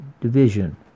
division